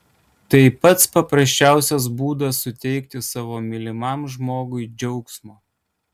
tai pats paprasčiausias būdas suteikti savo mylimam žmogui džiaugsmo